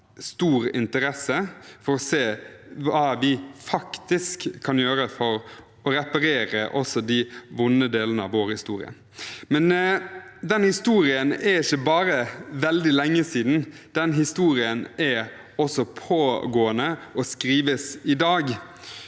stor interesse for å se hva vi faktisk kan gjøre for å reparere også de vonde delene av vår historie. Men den historien er ikke bare veldig lenge siden, den historien er også pågående og skrives i dag.